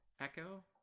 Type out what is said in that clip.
echo